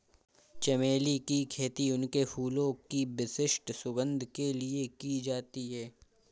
चमेली की खेती उनके फूलों की विशिष्ट सुगंध के लिए की जाती है